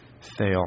fail